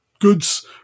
goods